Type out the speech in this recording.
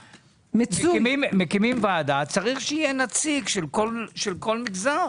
מקימים ועדה צריך שיהיה נציג של כל מגזר